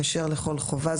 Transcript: כשר לכל חובה,